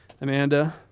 Amanda